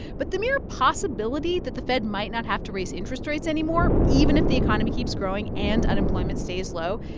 but the mere possibility that the fed might not have to raise raise interest rates anymore, even if the economy keeps growing and unemployment stays low,